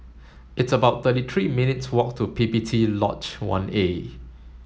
it's about thirty three minutes' walk to P P T Lodge one A